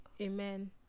Amen